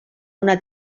una